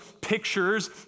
pictures